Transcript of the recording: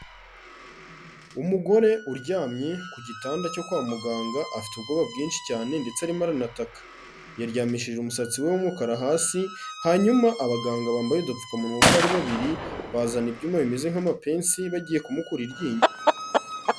Umugore uryamye ku gitanda cyo kwa muganga, afite ubwoba bwinshi cyane ndetse arimo aranataka. Yaryamishije umusatsi we w'umukara hasi, hanyuma abaganga bambaye udupfukamunwa uko ari babiri bazana ibyuma bimeze nk'amapensi bagiye kumukura iryinyo.